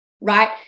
right